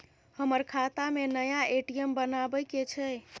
हमर खाता में नया ए.टी.एम बनाबै के छै?